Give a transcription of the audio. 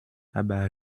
aber